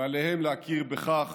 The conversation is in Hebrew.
ועליהם להכיר בכך